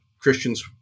Christians